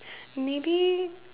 maybe